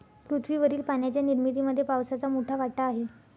पृथ्वीवरील पाण्याच्या निर्मितीमध्ये पावसाचा मोठा वाटा आहे